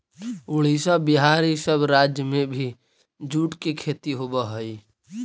उड़ीसा, बिहार, इ सब राज्य में भी जूट के खेती होवऽ हई